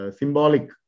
symbolic